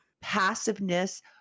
Passiveness